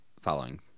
following